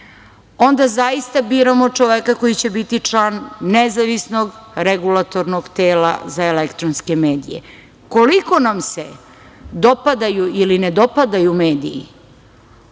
onda zaista biramo čoveka koji će biti član nezavisnog Regulatornog tela za elektronske medije. Koliko nam se dopadaju ili ne dopadaju mediji